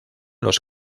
los